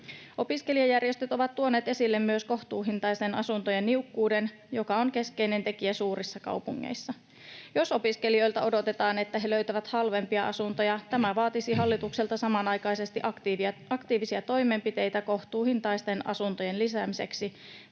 Opiskelijajärjestöt ovat tuoneet esille myös kohtuuhintaisten asuntojen niukkuuden, mikä on keskeinen tekijä suurissa kaupungeissa. Jos opiskelijoilta odotetaan, että he löytävät halvempia asuntoja, tämä vaatisi hallitukselta samanaikaisesti aktiivisia toimenpiteitä kohtuuhintaisten asuntojen lisäämiseksi,